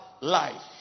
life